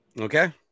Okay